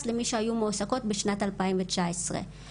למי שהיו מועסקות בשנת 2019. כלומר,